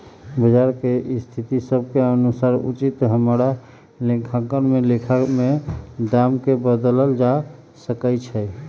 बजार के स्थिति सभ के अनुसार उचित हमरा लेखांकन में लेखा में दाम् के बदलल जा सकइ छै